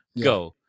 Go